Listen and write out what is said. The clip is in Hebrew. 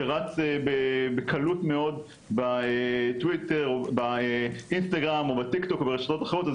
שרץ בקלות מאוד בטוויטר או באינסטגרם או ברשתות אחרות,